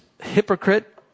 hypocrite